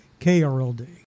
KRLD